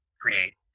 create